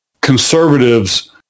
conservatives